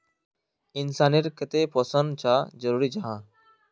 इंसान नेर केते पोषण चाँ जरूरी जाहा?